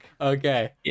Okay